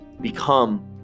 become